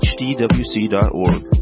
hdwc.org